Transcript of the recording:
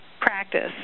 practice